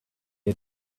had